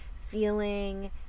feeling